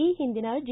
ಈ ಹಿಂದಿನ ಜಿ